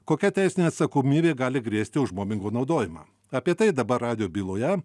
kokia teisinė atsakomybė gali grėsti už mobingo naudojimą apie tai dabar radijo byloje